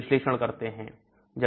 विश्लेषण करते हैं